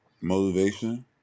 motivation